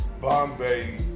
Bombay